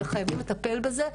וחייבים לטפל בזה.